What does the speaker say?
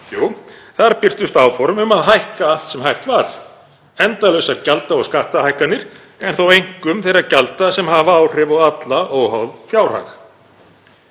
Jú, þar birtust áform um að hækka allt sem hægt var, endalausar gjalda- og skattahækkanir en þó einkum þeirra gjalda sem hafa áhrif á alla óháð fjárhag.